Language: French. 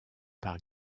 par